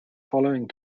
following